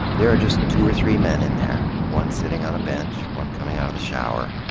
there are just two or three men in there, one sitting on a bench, one coming out of the shower.